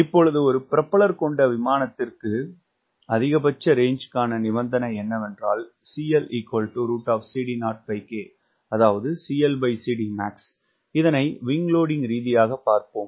இப்பொழுது ஒரு புரொபல்லர் கொண்ட விமானத்திற்கு அதிகபட்ச ரேஞ்சுக்கான நிபந்தனை என்னவென்றால் அதாவது CLCDmax இதனை விங்க் லோடிங்க் ரீதியாக பார்ப்போம்